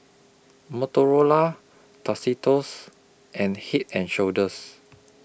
Motorola Tostitos and Head and Shoulders